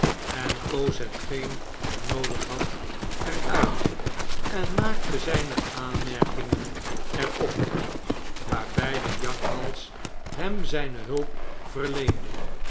en koos hetgeen hy noodig had er uit en maakte zijne aanmerkingen er op waarbij de jakhals hem zijne hulp verleende